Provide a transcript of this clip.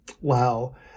Wow